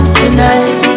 tonight